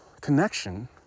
connection